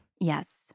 Yes